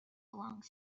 belongs